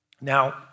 Now